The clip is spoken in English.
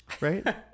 right